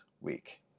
week